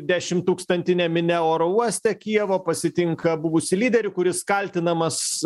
dešimtūkstantinė minia oro uoste kijevo pasitinka buvusį lyderį kuris kaltinamas